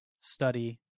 study